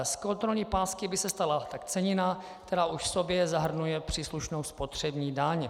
Z kontrolní pásky by se stala cenina, která už v sobě zahrnuje příslušnou spotřební daň.